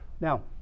Now